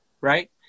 right